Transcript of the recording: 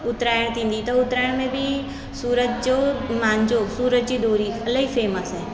उतराण थींदी त उतराण में बि सूरत जो मांझो सूरत जी दोरी इलाही फेम्स आहे